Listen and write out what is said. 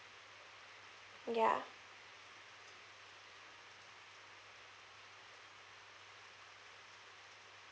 ya